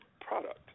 product